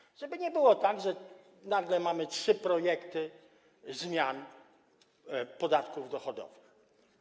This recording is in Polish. Chodzi o to, żeby nie było tak, że nagle mamy trzy projekty zmian podatków dochodowych.